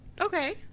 Okay